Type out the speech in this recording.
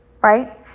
right